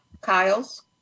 Kyles